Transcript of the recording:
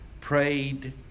prayed